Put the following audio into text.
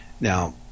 Now